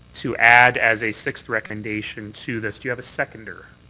to add as a sixth recommendation to this do you have a seconder?